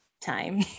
time